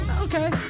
Okay